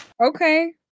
Okay